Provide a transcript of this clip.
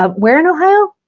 um where in ohio?